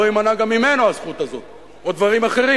לא תימנע גם ממנו הזכות הזאת או דברים אחרים?